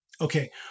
Okay